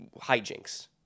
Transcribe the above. hijinks